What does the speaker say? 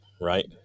Right